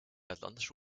atlantische